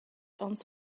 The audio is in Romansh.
ons